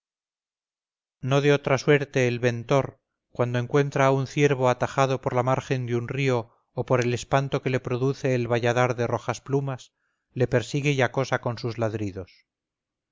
no de otra suerte el ventor cuando encuentra a un ciervo atajado por la margen de un río o por el espanto que le produce el valladar de rojas plumas le persigue y acosa con sus ladridos